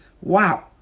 Wow